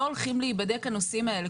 לא הולכים להיבדק הנושאים האלה.